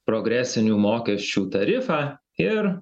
progresinių mokesčių tarifą ir